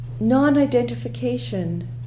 non-identification